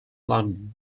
london